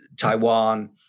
Taiwan